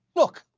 look,